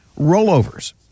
rollovers